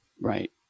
Right